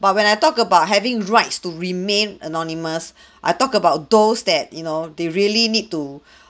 but when I talk about having rights to remain anonymous I talk about those that you know they really need to